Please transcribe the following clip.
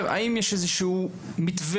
האם יש איזה שהוא מתווה?